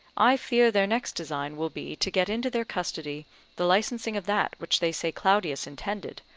i fear their next design will be to get into their custody the licensing of that which they say claudius intended,